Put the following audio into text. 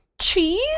Cheese